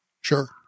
Sure